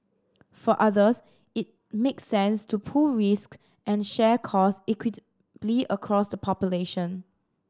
for others it makes sense to pool risk and share cost equitably across the population